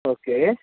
okay